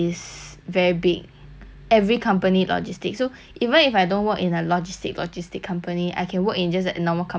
every company logistics so even if I don't work in a logistic logistic company I can work in just a normal company as a a